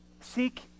Seek